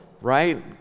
right